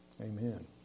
amen